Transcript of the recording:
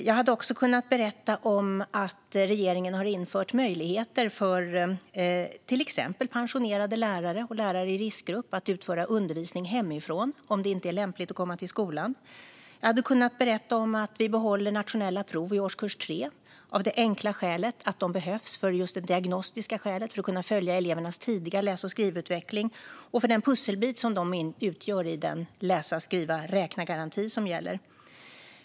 Jag hade också kunnat berätta att regeringen har infört möjligheter för till exempel pensionerade lärare och lärare i riskgrupp att utföra undervisning hemifrån om det inte är lämpligt att komma till skolan. Jag hade kunnat berätta att vi behåller nationella prov i årskurs 3 av det enkla skälet att de behövs just för diagnostikens skull och för att vi ska kunna följa elevernas tidiga läs och skrivutveckling. Proven utgör en pusselbit i den läsa-skriva-räkna-garanti som gäller.